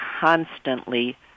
constantly